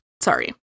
Sorry